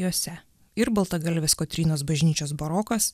jose ir baltagalvis kotrynos bažnyčios barokas